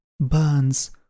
Burns